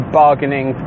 bargaining